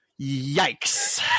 Yikes